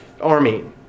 army